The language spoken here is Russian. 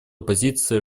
позиция